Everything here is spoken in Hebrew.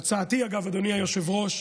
אגב, אדוני היושב-ראש,